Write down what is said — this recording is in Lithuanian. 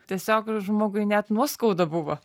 tiesiog žmogui net nuoskauda buvo